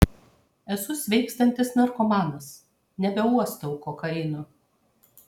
esu sveikstantis narkomanas nebeuostau kokaino